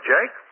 Jake